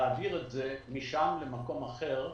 להעביר את זה משם למקום אחר,